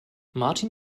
martin